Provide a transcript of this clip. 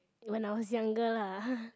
when I was younger lah